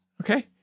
Okay